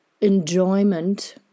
enjoyment